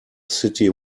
city